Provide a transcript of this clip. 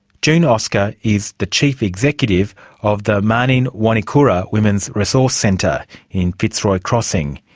june oscar is the chief executive of the marninwarntikura women's resource centre in fitzroy crossing,